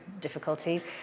difficulties